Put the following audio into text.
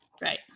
Right